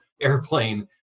airplane